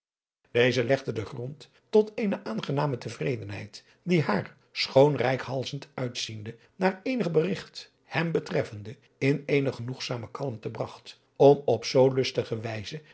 deze legde den grond tot eene aangename tevredenheid die haar schoon reikhalzend uitziende naar eenig berigt hem betreffende in eene genoegzame adriaan loosjes pzn het leven van johannes wouter blommesteyn kalmte bragt om op zoo lustige wijze